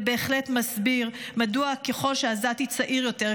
זה בהחלט מסביר מדוע ככול שעזתי צעיר יותר,